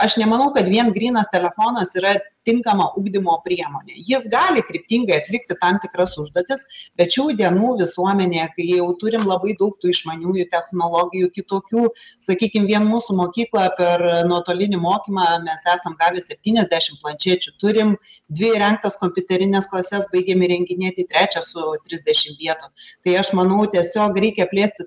aš nemanau kad vien grynas telefonas yra tinkama ugdymo priemonė jis gali kryptingai atlikti tam tikras užduotis bet šių dienų visuomenė jau turim labai daug tų išmaniųjų technologijų kitokių sakykim vien mūsų mokykla per nuotolinį mokymą mes esam gavę septyniasdešim planšečių turim dvi įrengtas kompiuterines klases baigiam įrenginėti trečią su trisdešim vietų tai aš manau tiesiog reikia plėsti